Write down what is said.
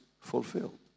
fulfilled